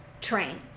train